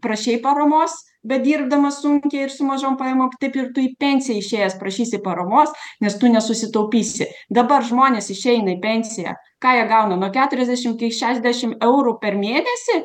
prašei paramos bedirbdamas sunkiai ir su mažom pajamom taip ir tu į pensiją išėjęs prašysi paramos nes tu nesusitaupysi dabar žmonės išeina į pensiją ką jie gauna nuo keturiasdešimt iki šešiasdešimt eurų per mėnesį